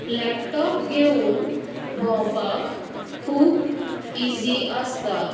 laptop घेवून भोंवपाक खूब इजी आसता